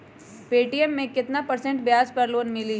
Paytm मे केतना percent ब्याज पर लोन मिली?